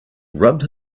rubbed